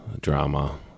drama